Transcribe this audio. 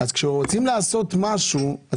כשרוצים לעשות משהו,